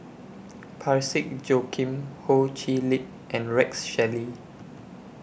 Parsick Joaquim Ho Chee Lick and Rex Shelley